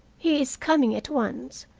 he is coming at once.